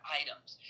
items